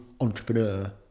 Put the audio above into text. entrepreneur